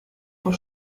por